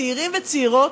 צעירים וצעירות,